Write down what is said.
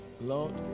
Lord